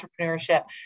entrepreneurship